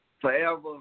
forever